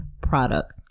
product